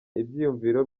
ibyiyumviro